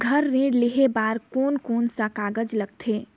घर ऋण लेहे बार कोन कोन सा कागज लगथे?